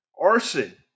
Arson